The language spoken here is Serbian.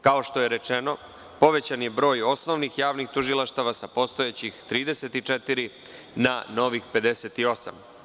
Kao što je rečeno, povećan je broj osnovnih javnih tužilaštava sa postojećih 34 na novih 58.